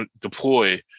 deploy